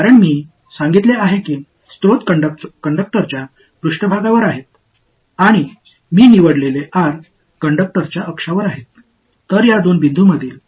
இல்லை ஏனெனில் ஆதாரங்கள் கடத்தியின் மேற்பரப்பில் இருப்பதாகவும் நான் தேர்ந்தெடுத்த r கடத்தியின் அச்சில் இருப்பதாகவும் நான் கூறியுள்ளேன்